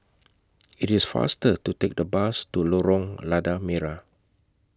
IT IS faster to Take The Bus to Lorong Lada Merah